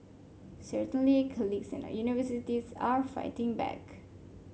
certainly colleges and universities are fighting back